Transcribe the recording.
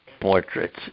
portraits